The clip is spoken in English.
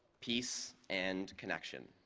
peace, and connection.